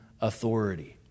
authority